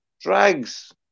drags